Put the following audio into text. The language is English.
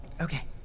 Okay